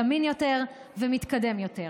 זמין יותר ומתקדם יותר.